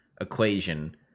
equation